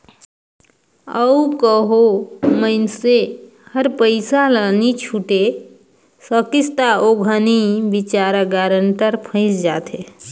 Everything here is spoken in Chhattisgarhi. अउ कहों मइनसे हर पइसा ल नी छुटे सकिस ता ओ घनी बिचारा गारंटर फंइस जाथे